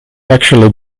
actually